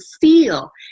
feel